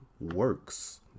works